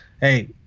Hey